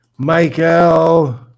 Michael